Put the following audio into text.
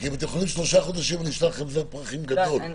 אם אתם יכולים שלושה חודשים אני אשלח לכם זר פרחים גדול.